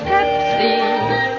Pepsi